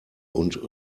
und